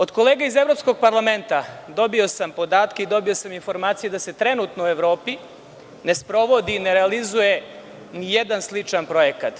Od kolega iz Evropskog parlamenta dobio sam podatke i informacije da se trenutno u Evropi ne sprovodi i ne realizuje nijedan sličan projekat.